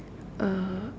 uh